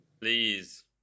please